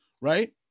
Right